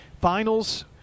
finals